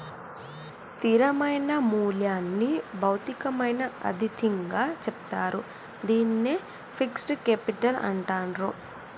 స్థిరమైన మూల్యంని భౌతికమైన అతిథిగా చెప్తారు, దీన్నే ఫిక్స్డ్ కేపిటల్ అంటాండ్రు